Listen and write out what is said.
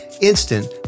instant